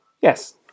Yes